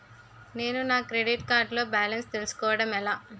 నేను నా credit card లో బాలన్స్ తెలుసుకోవడం ఎలా?